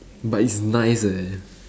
but it's nice eh